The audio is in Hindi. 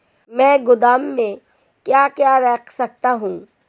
मैं गोदाम में क्या क्या रख सकता हूँ?